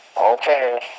Okay